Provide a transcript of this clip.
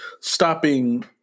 stopping